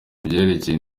ibyerekeye